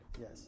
yes